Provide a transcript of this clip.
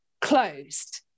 closed